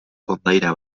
kondaira